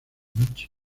noche